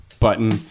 button